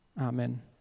Amen